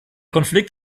konflikt